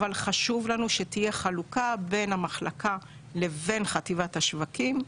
אבל חשוב לנו שתהיה חלוקה בין המחלקה לבין חטיבת השווקים,